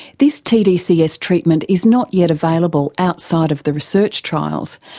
this tdcs treatments is not yet available outside of the research trials,